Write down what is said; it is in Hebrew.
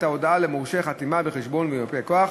ההודעה למורשה החתימה בחשבון ולמיופה-כוח,